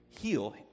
heal